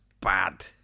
bad